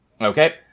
Okay